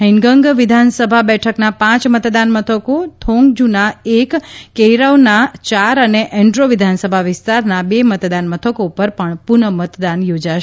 હેઇનગંગ વિધાનસભા બેઠકના પાંચ મતદાન મથકો થોંગજ્ના એક કેઇરાઓના ચાર અને એન્ડ્રો વિધાનસભા વિસ્તારના બે મતદાનમથકો પર પણ પુનઃમતદાન યોજાશે